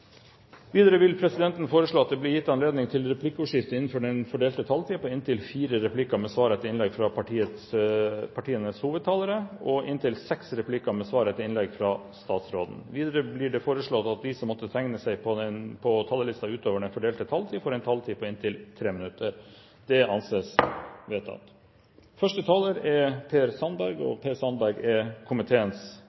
Videre vil presidenten foreslå at det blir gitt anledning til replikkordskifte på inntil fire replikker med svar etter innlegg fra partienes hovedtalere og inntil seks replikker med svar etter innlegg fra statsråden innenfor den fordelte taletid. Videre blir det foreslått at de som måtte tegne seg på talerlisten utover den fordelte taletid, får en taletid på inntil 3 minutter. – Det anses vedtatt. Jeg vil først få lov til å takke komiteen for en meget ryddig og